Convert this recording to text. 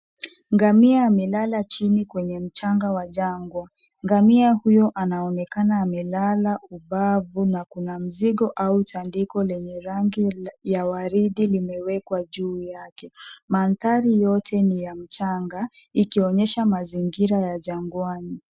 Ngamia amelala chini kwenye mchanga wa jangwa. Ngamia huyo anaonekana amelala ubavu na kuna mzigo au tandiko lenye rangi ya waridi limewekwa juu yake. Mandhari yote ni ya mchanga, ikionyesha mazingira ya jangwani.